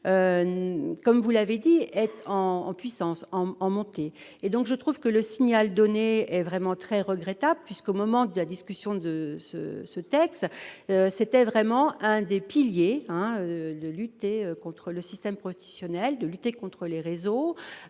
comme vous l'avez dit être en en puissance en montée et donc je trouve que le signal donné est vraiment très regrettable puisqu'au moment de la discussion de ce texte, c'était vraiment un des piliers, hein, de lutter contre le système prostitutionnel de lutter contre les réseaux